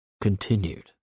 continued